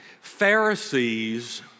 Pharisees